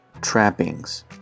trappings